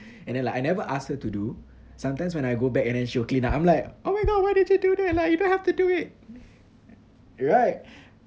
and then like I never ask her to do sometimes when I go back and then she'll clean up I'm like oh my god why did you do that like you don't have to do it right